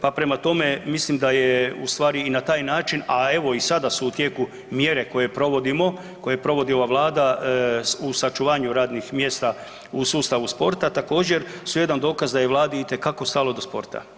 Pa prema tome mislim da je ustvari i na taj način, a evo i sada su u tijeku mjere koje provodimo, koje provodi ova Vlada u sačuvanju radnih mjesta u sustavu sporta, također su jedan dokaz da Vladi itekako stalo do sporta.